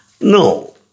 No